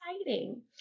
exciting